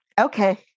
Okay